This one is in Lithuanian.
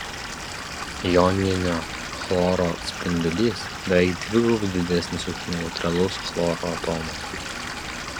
joninio chloro spindulys beveik dvigubai didesnis už neutralaus chloro atomo